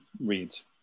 reads